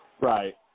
Right